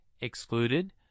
excluded